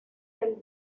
del